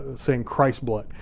saying christ's blood.